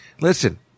listen